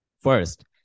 First